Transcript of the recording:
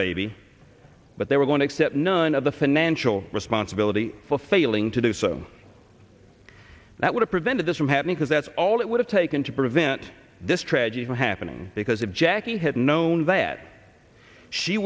baby but they were going to accept none of the financial responsibility for failing to do so that would have prevented this from happening because that's all it would have taken to prevent this tragedy from happening because if jackie had known that she